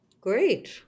Great